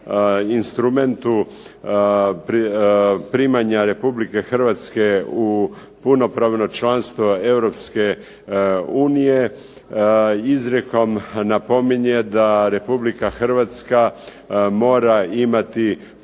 instrumentu primanja Republike Hrvatske u punopravno članstvo Europske unije izrijekom napominje da Republika Hrvatska mora imati